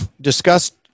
discussed